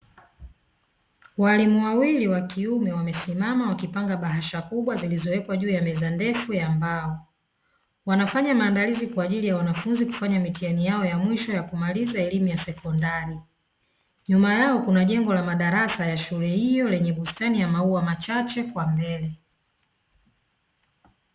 Walimu wawili wa kiume wamesimama wakipanga bahasha kubwa, zilizowekwa juu ya meza ndefu ya mbao. Wanafanya maandalizi kwa ajili ya wanafunzi kufanya mitihani yao ya mwisho ya kumaliza elimu ya sekondari. Nyuma yao kuna jengo la madarasa ya shule hiyo, lenye bustani ya maua machache kwa mbele.